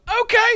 okay